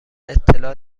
اطلاع